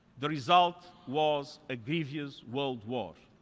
the result was a grievous world war.